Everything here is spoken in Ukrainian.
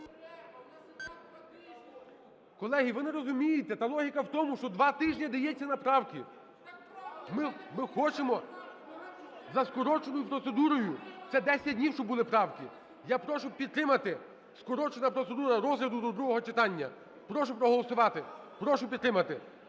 Колеги, ви не розумієте, та логіка в тому, що два тижні дається на правки. Ми хочемо за скороченою процедурою. Це 10 днів, щоб були правки. Я прошу підтримати – скорочена процедура розгляду до другого читання. Прошу проголосувати, прошу підтримати.